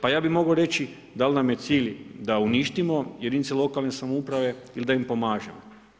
Pa ja bih mogao reći, da li nam je cilj da uništimo jedinice lokalne samouprave ili da im pomažemo.